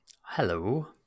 Hello